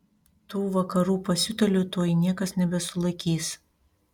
tų vakarų pasiutėlių tuoj niekas nebesulaikys